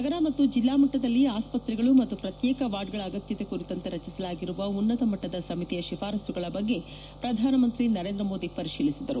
ನಗರ ಮತ್ತು ಜಿಲ್ಲಾಮಟ್ಟದಲ್ಲಿ ಆಸ್ಪತ್ರೆಗಳು ಮತ್ತು ಪ್ರತ್ಯೇಕ ವಾರ್ಡ್ಗಳ ಅಗತ್ಯತೆಗಳ ಕುರಿತಂತೆ ರಚಿಸಲಾಗಿರುವ ಉನ್ನತಮಟ್ಟದ ಸಮಿತಿಯ ಶಿಫಾರಸ್ಸುಗಳ ಬಗ್ಗೆ ಪ್ರಧಾನಮಂತ್ರಿ ನರೇಂದ್ರ ಮೋದಿ ಪರಿತೀಲಿಸಿದರು